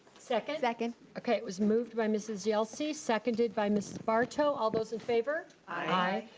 second. second. okay, it was moved by mrs. yelsey, seconded by mrs. barto. all those in favor. i.